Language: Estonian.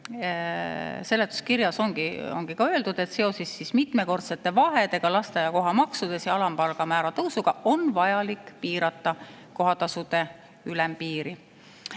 seletuskirjas ongi öeldud, et seoses mitmekordsete vahedega lasteaia kohamaksus ja alampalga määra tõusuga on vajalik piirata kohatasude ülempiiri.